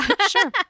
Sure